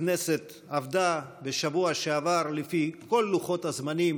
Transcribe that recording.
הכנסת עבדה בשבוע שעבר לפי כל לוחות הזמנים,